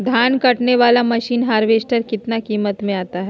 धान कटने बाला मसीन हार्बेस्टार कितना किमत में आता है?